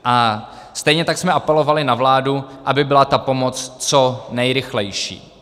A stejně tak jsme apelovali na vládu, aby byla ta pomoc co nejrychlejší.